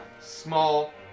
small